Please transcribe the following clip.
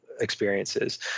experiences